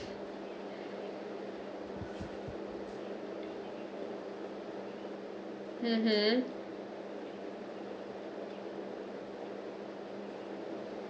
mmhmm